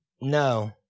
No